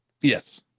Yes